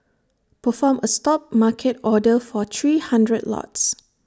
perform A stop market order for three hundred lots